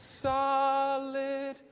solid